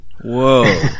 Whoa